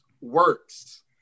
works